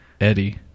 Eddie